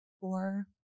four